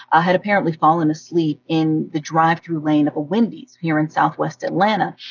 ah had apparently fallen asleep in the drive-through lane of a wendy's here in southwest atlanta,